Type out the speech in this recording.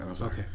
Okay